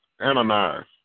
Ananias